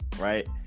right